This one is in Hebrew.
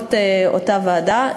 בעקבות אותה ועדה,